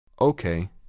Okay